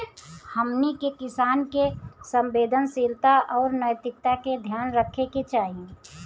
हमनी के किसान के संवेदनशीलता आउर नैतिकता के ध्यान रखे के चाही